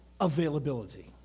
availability